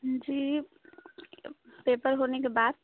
जी paper होने के बाद